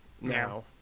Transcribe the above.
now